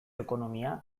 ekonomia